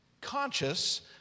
conscious